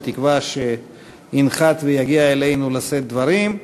בתקווה שינחת ויגיע אלינו לשאת דברים,